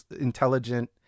intelligent